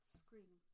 scream